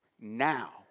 Now